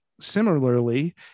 similarly